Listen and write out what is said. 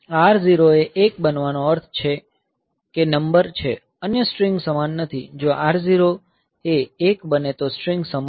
આ R0 એ 1 બનવાનો અર્થ છે કે નંબર છે અન્ય સ્ટ્રીંગ સમાન નથી જો R0 એ 1 બને તો સ્ટ્રીંગ સમાન નથી